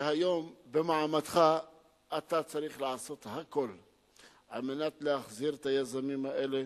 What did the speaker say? שהיום במעמדך אתה צריך לעשות הכול על מנת להחזיר את היזמים האלה.